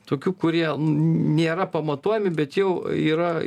tokių kurie nėra pamatuojami bet jau yra